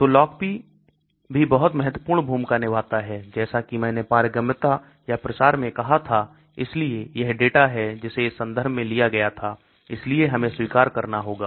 तो LogP भी बहुत महत्वपूर्ण भूमिका निभाता है जैसा कि मैंने पारगम्यता या प्रसार में कहा था इसलिए यह डेटा है जिसे इस संदर्भ में लिया गया था इसलिए हमें स्वीकार करना होगा